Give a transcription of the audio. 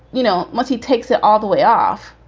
you know what? he takes it all the way off.